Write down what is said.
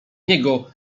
niego